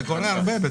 זה קורה הרבה.